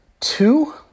Two